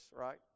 right